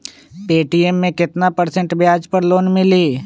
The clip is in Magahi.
पे.टी.एम मे केतना परसेंट ब्याज पर लोन मिली?